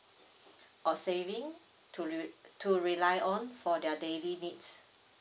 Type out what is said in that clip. or saving to to rely on for their daily needs